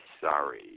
sorry